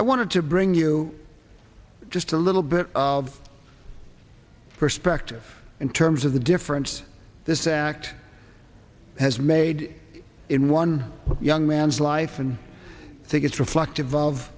i want to bring you just a little bit of perspective in terms of the difference this act has made in one young man's life and i think it's reflective of